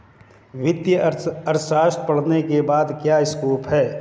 वित्तीय अर्थशास्त्र पढ़ने के बाद क्या स्कोप है?